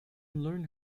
learn